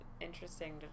interesting